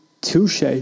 Touche